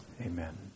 Amen